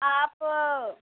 آپ